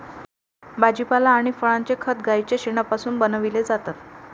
भाजीपाला आणि फळांचे खत गाईच्या शेणापासून बनविलेले जातात